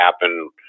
happen